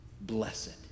blessed